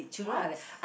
what